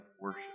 worship